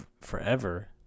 forever